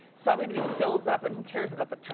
so everybody fills up and who cares about the tur,